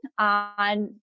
on